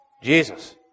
Jesus